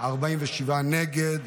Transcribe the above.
47 נגד.